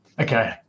Okay